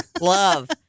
Love